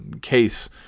case